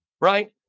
right